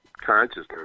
consciousness